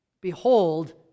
Behold